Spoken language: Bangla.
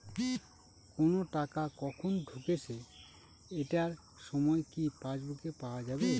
কোনো টাকা কখন ঢুকেছে এটার সময় কি পাসবুকে পাওয়া যাবে?